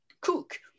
cook